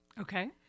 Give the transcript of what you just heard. okay